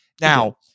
Now